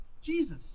Jesus